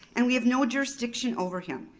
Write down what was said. and we have no jurisdiction over him,